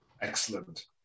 Excellent